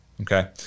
okay